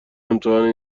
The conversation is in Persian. امتحان